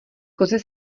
kozy